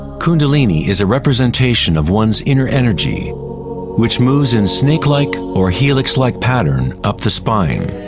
kundalini is a representation of one's inner energy which moves in snake-like or helix-like pattern up the spine.